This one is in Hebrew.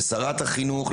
לשרת החינוך,